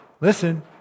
listen